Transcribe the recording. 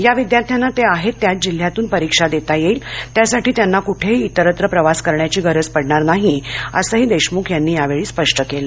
या विद्यार्थ्यांना ते आहेत त्याच जिल्ह्यातून परीक्षा देता येईल त्यासाठी त्यांना कुठेही इतरत्र प्रवास करण्याची गरज पडणार नाही असंही देशमुख यांनी यावेळी स्पष्ट केलं